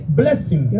blessing